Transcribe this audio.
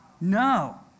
No